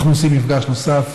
אנחנו עושים מפגש נוסף